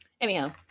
anyhow